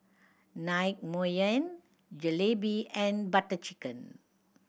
Naengmyeon Jalebi and Butter Chicken